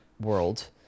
world